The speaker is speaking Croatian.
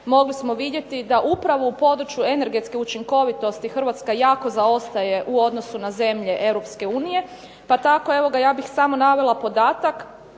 mogli smo vidjeti da upravo u području energetske učinkovitosti Hrvatska jako zaostaje u odnosu na zemlje EU, pa tako evo ga, ja bih samo navela podataka